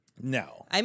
No